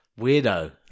Weirdo